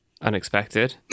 unexpected